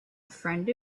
friend